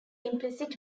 implicit